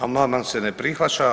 Amandman se ne prihvaća.